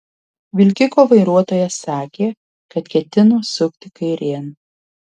vilkiko vairuotojas sakė kad ketino sukti kairėn